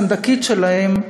הסנדקית שלהם,